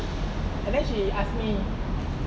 and then she ask me